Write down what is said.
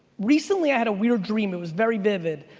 recently i had a weird dream, it was very vivid.